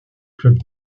club